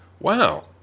wow